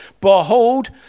Behold